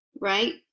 right